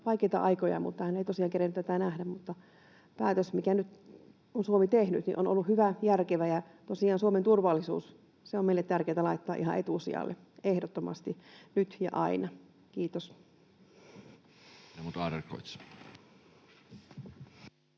vaikeita aikoja, mutta hän ei tosiaan kerennyt tätä nähdä. Päätös, minkä nyt on Suomi tehnyt, on ollut hyvä, järkevä, ja tosiaan meille on tärkeätä laittaa Suomen turvallisuus ihan etusijalle, ehdottomasti, nyt ja aina. — Kiitos.